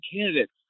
candidates